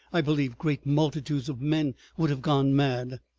i believe great multitudes of men would have gone mad.